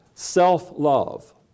self-love